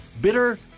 bitter